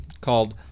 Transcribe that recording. called